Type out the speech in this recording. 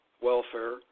welfare